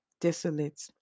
Desolate